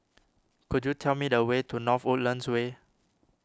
could you tell me the way to North Woodlands Way